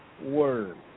word